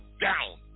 down